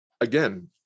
again